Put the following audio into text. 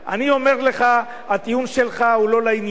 אני אומר לך, הטיעון שלך הוא לא לעניין.